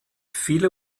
viele